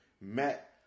Matt